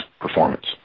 performance